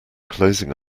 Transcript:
closing